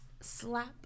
slap